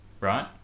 right